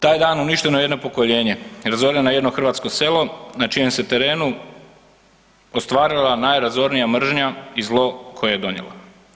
Taj dan uništeno je jedno pokoljenje, razoreno je jedno hrvatsko selo na čijem se terenu ostvarila najrazornija mržnja i zlo koje je donijela.